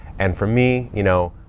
and for me, you know,